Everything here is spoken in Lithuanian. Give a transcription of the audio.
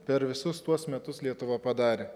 per visus tuos metus lietuva padarė